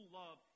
love